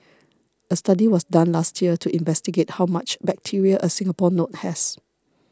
a study was done last year to investigate how much bacteria a Singapore note has